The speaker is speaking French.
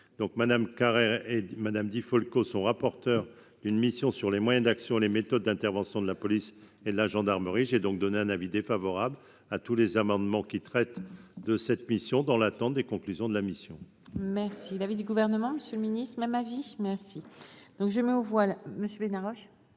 donc Madame Carrère et Madame Di Folco son rapporteur d'une mission sur les moyens d'action, les méthodes d'intervention de la police et la gendarmerie, j'ai donc donné un avis défavorable à tous les amendements qui traite de cette mission dans l'attente des conclusions de la mission. Merci l'avis du gouvernement, Monsieur le Ministre, ma ma vie merci donc je mets aux voilà monsieur Bena Roche.